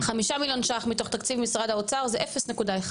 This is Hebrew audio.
5 מיליון שקלים מתוך תקציב משרד האוצר זה 0.1%,